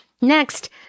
next